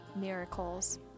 miracles